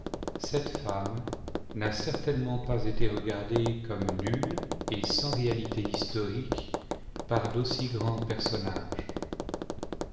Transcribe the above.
cette femme n'a certainemsnt pas été regardée comme nulle et sans réalité historique par d'aussi grands personnages